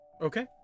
Okay